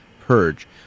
purge